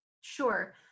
Sure